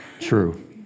true